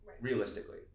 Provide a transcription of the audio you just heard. realistically